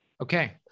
okay